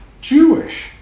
Jewish